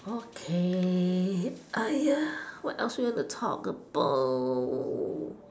okay ya what else you want to talk about